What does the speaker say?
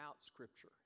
scripture